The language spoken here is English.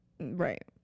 Right